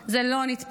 זה לא נתפס.